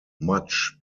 much